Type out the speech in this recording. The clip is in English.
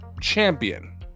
champion